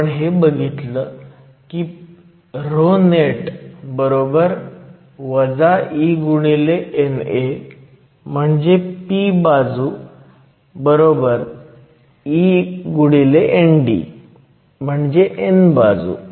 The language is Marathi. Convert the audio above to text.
आण हे बघितलं की ρnet e NA म्हणजे p बाजू e ND म्हणजे n बाजू